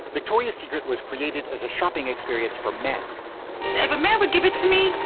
victoria's secret was created as a shopping experience for men if a man would give it to me,